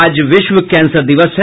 आज विश्व कैंसर दिवस है